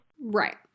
Right